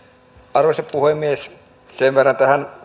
arvoisa puhemies sen verran